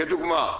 כדוגמה.